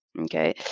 Okay